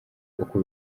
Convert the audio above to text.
uko